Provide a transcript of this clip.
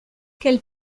quelle